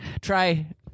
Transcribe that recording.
Try